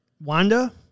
Wanda